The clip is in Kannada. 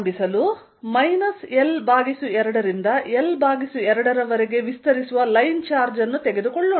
ಪ್ರಾರಂಭಿಸಲು L2 ರಿಂದ L2 ವರೆಗೆ ವಿಸ್ತರಿಸುವ ಲೈನ್ ಚಾರ್ಜ್ ತೆಗೆದುಕೊಳ್ಳೋಣ